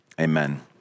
amen